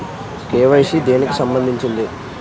KYC దేనికి సంబందించింది?